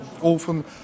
often